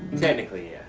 technically,